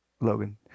Logan